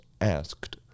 asked